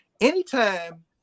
Anytime